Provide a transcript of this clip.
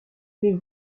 vais